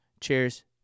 Cheers